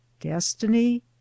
destiny